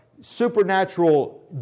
supernatural